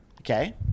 Okay